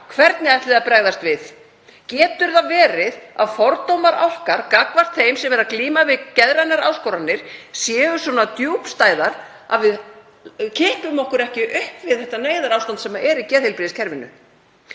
Hvernig ætlið þið að bregðast við? Getur verið að fordómar okkar gagnvart þeim sem glíma við geðrænar áskoranir séu svo djúpstæðir að við kippum okkur ekki upp við það neyðarástand sem er í geðheilbrigðiskerfinu?